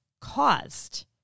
caused